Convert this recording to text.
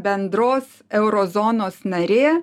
bendros euro zonos narė